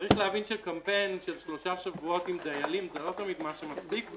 צריך להבין שקמפיין של שלושה שבועות עם דיילים זה לא תמיד מה שמספיק.